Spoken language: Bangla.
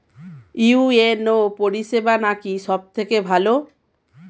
ইউ.এন.ও পরিসেবা নাকি সব থেকে ভালো?